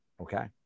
Okay